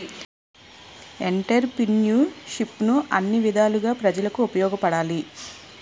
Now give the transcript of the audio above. ఎంటర్ప్రిన్యూర్షిప్ను అన్ని విధాలుగా ప్రజలకు ఉపయోగపడాలి